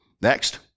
next